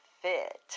fit